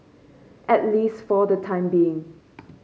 at least for the time being